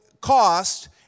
cost